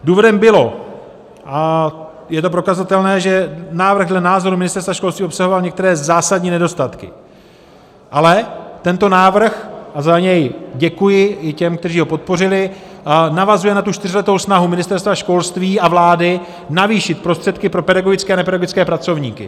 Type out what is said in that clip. Důvodem bylo a je to prokazatelné že návrh dle názoru Ministerstva školství obsahoval některé zásadní nedostatky, ale tento návrh a za něj děkuji i těm, kteří ho podpořili navazuje na čtyřletou snahu Ministerstva školství a vlády navýšit prostředky pro pedagogické i nepedagogické pracovníky.